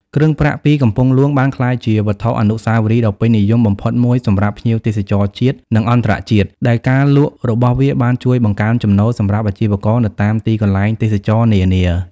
គ្រឿងប្រាក់ពីកំពង់ហ្លួងបានក្លាយជាវត្ថុអនុស្សាវរីយ៍ដ៏ពេញនិយមបំផុតមួយសម្រាប់ភ្ញៀវទេសចរណ៍ជាតិ និងអន្តរជាតិ ដែលការលក់របស់វាបានជួយបង្កើនចំណូលសម្រាប់អាជីវករនៅតាមទីកន្លែងទេសចរណ៍នានា។